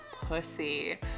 pussy